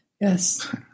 Yes